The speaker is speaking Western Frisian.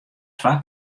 twa